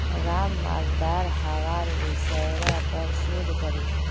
राम मालदार हवार विषयर् पर शोध करील